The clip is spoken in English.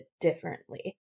differently